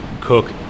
cook